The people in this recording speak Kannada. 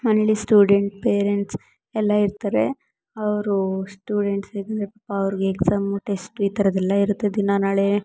ಮನೆಲ್ಲಿ ಸ್ಟೂಡೆಂಟ್ ಪೇರೆಂಟ್ಸ್ ಎಲ್ಲ ಇರ್ತಾರೆ ಅವ್ರು ಸ್ಟೂಡೆಂಟ್ಸಿಗೆ ಸ್ವಲ್ಪ ಅವ್ರ್ಗೆ ಎಕ್ಸಾಮು ಟೆಸ್ಟು ಈ ಥರದ್ದೆಲ್ಲ ಇರುತ್ತೆ ದಿನ ನಾಳೆ